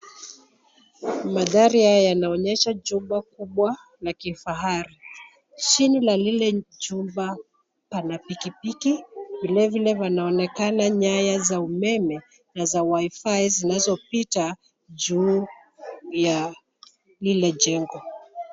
Mandhari haya yanaonyesha jumba kubwa la kifahari, chini la lile jumba pana pikipiki, vilevile panaonekana nyaya za umeme na za waifai zinazopita juu ya lile jengo.